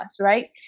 right